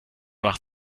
macht